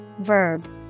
verb